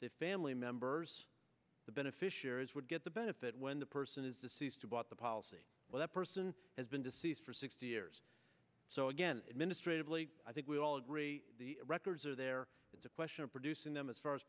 the family members the beneficiaries would get the benefit when the person is deceased about the policy but that person has been deceased for sixty years so again administratively i think we all agree the records are there it's a question of producing them as far as